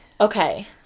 Okay